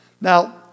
Now